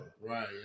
Right